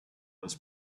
was